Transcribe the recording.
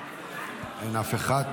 אין אף אחד.